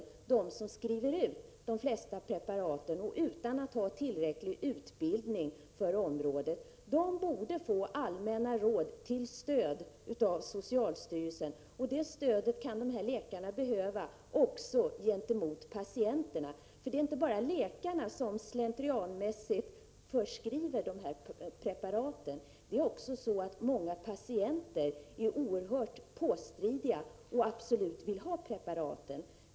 Det är ju de som skriver ut de flesta preparaten, utan att ha tillräcklig utbildning på området. De borde få allmänna råd av socialstyrelsen, vilka skulle vara till stöd. Ett sådant stöd kan de här läkarna behöva också gentemot patienterna. Det är nämligen inte bara så, att läkarna slentrianmässigt förskriver sådana här preparat, utan det är också så, att många patienter är oerhört påstridiga. Patienterna vill absolut ha preparaten i fråga.